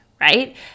right